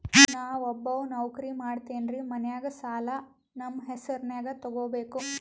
ನಾ ಒಬ್ಬವ ನೌಕ್ರಿ ಮಾಡತೆನ್ರಿ ಮನ್ಯಗ ಸಾಲಾ ನಮ್ ಹೆಸ್ರನ್ಯಾಗ ತೊಗೊಬೇಕ?